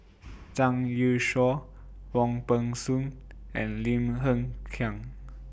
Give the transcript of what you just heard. Zhang Youshuo Wong Peng Soon and Lim Hng Kiang